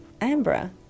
Amber